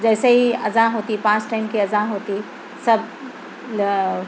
جیسے ہی اذان ہوتی پانچ ٹائم کی اذان ہوتی سب